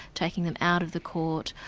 taking them out of the court,